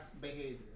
behavior